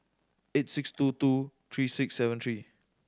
eight six two two three six seven three